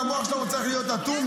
והמוח שלנו צריך להיות אטום,